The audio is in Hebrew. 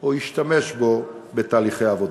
או השתמש בו בתהליכי עבודה.